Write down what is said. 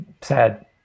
sad